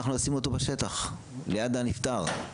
אנחנו עושים אותו בשטח ליד הנפטר,